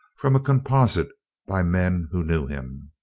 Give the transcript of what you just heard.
from a composite by men who knew him.